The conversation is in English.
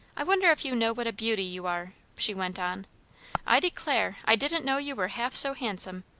i wonder if you know what a beauty you are? she went on i declare i didn't know you were half so handsome.